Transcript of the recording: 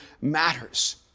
matters